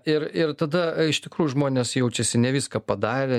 ir ir tada iš tikrųjų žmonės jaučiasi ne viską padarę